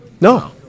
No